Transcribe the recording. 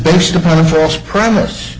based upon a false premise